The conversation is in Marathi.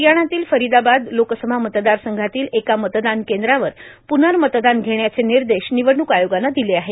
हरयाणातील फरीदाबाद लोकसभा मतदार संघातील एका मतदान केंद्रावर प्नर्मतदान घेण्याचे निर्देश निवडणूक आयोगानं दिले आहेत